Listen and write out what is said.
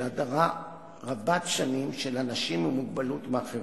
הדרה רבת-שנים של אנשים עם מוגבלות מהחברה.